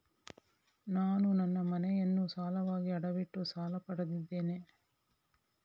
ನಾನು ನನ್ನ ಮನೆಯನ್ನು ಸಾಲವಾಗಿ ಅಡವಿಟ್ಟು ಸಾಲ ಪಡೆದಿದ್ದೇನೆ